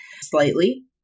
slightly